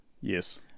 Yes